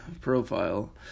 profile